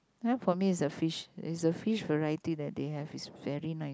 ya for me is the fish is the fish variety they have is very nice